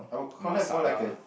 masala lah